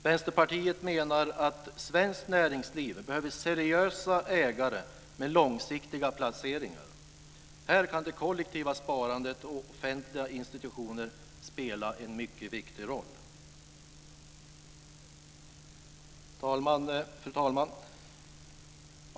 Vänsterpartiet menar att svenskt näringsliv behöver seriösa ägare med långsiktiga placeringar. Här kan det kollektiva sparandet och offentliga institutioner spela en mycket viktig roll. Fru talman!